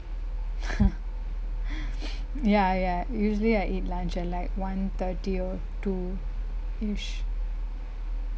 ya ya usually I eat lunch at like one thirty or two-ish